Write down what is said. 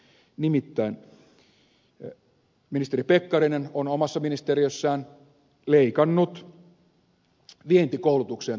nimittäin ministeri pekkarinen on omassa ministeriössään leikannut vientikoulutukseen tarkoitettuja rahoja